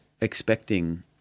expecting